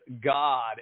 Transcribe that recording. God